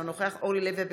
אינו נוכח אורלי לוי אבקסיס,